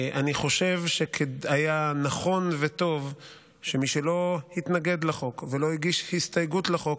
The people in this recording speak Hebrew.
אני חושב שהיה נכון וטוב שמי שלא התנגד לחוק ולא הגיש הסתייגות לחוק